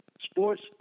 sports